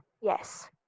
yes